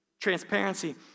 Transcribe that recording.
Transparency